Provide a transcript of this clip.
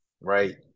right